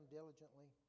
diligently